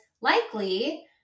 likely